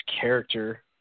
character